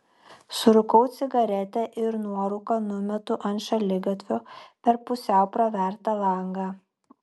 surūkau cigaretę ir nuorūką numetu ant šaligatvio per pusiau pravertą langą